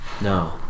No